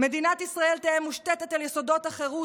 "מדינת ישראל תהא מושתתה על יסודות החירות,